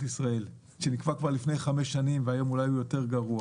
ישראל שנקבע כבר לפני חמש שנים והיום אולי הוא כבר יותר גרוע